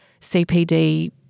CPD